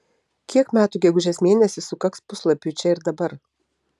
kiek metų gegužės mėnesį sukaks puslapiui čia ir dabar